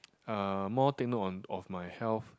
uh more take note on of my health